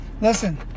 listen